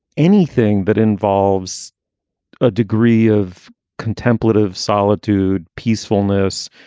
anything that involves a degree of contemplative solitude, peacefulness,